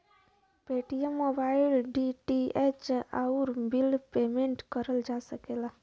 Paytm mobile, DTH, आउर bill payment करल जा सकला